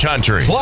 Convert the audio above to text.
Country